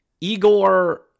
Igor